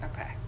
Okay